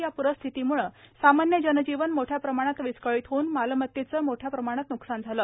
या प्ररिस्थितीमुळे सामान्य जनजीवन मोठ्या प्रमाणात विस्कळीत होऊन मालमत्तेचे मोठ्या प्रमाणात नुकसान झाले